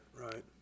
right